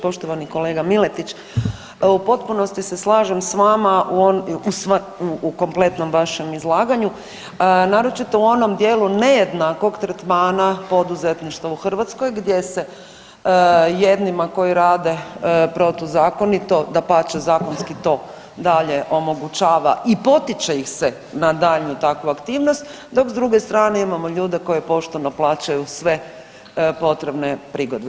Poštovani kolega Miletić u potpunosti se slažem s vama u kompletnom vašem izlaganju, naročito u onom dijelu nejednakog tretmana poduzetništva u Hrvatskoj gdje se jednima koji rade protuzakonito dapače zakonski to dalje omogućava i potiče ih se na daljnju takvu aktivnost, dok s druge strane imamo ljude koji pošteno plaćaju sve potrebne prigodbe.